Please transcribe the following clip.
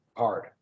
Hard